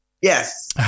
Yes